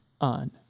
on